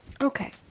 okay